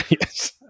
Yes